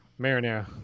Marinara